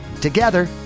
Together